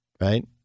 right